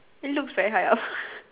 looks very high up